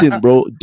bro